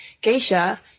geisha